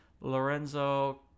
Lorenzo